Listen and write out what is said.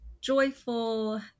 joyful